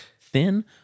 Thin